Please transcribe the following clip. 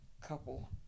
couple